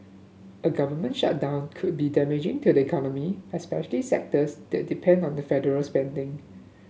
a government shutdown could be damaging to the economy especially sectors that depend on the federal spending